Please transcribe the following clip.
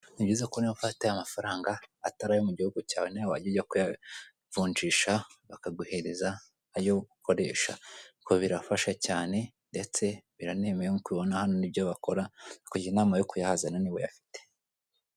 ni byiza ko niba ufite amafaranga atari ayo mu gihugu cyawe niyo wajya ujya kuyavunjisha bakaguhereza ayo ukoresha kuko birafasha cyane ndetse biranemewe nk'uko ubibona hano nibyo bakora nakugira inama yo kuyahazana niba uyafite.